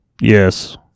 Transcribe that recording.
Yes